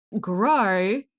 grow